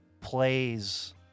plays